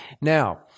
Now